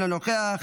אינו נוכח,